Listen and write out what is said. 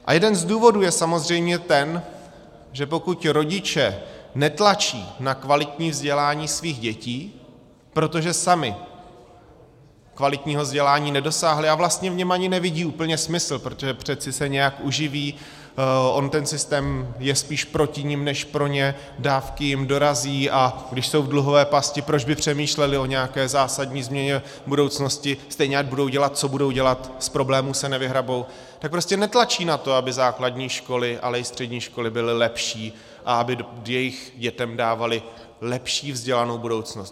A jeden z důvodů je samozřejmě ten, že pokud rodiče netlačí na kvalitní vzdělání svých dětí, protože sami kvalitního vzdělání nedosáhli a vlastně v něm ani nevidí úplně smysl, protože přeci se nějak uživí, on ten systém je spíš proti nim než pro ně, dávky jim dorazí, a když jsou v dluhové pasti, proč by přemýšleli o nějaké zásadní změně v budoucnosti, stejně jak budou dělat, co budou dělat, z problémů se nevyhrabou, tak prostě netlačí na to, aby základní školy, ale i střední školy byly lepší a aby jejich dětem dávaly lepší vzdělanou budoucnost.